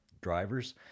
drivers